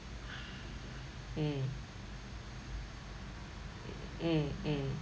mm mm mm